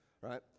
right